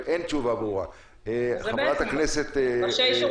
בסעיף 4א כתוב: "חייב בבידוד" אדם החייב לשהות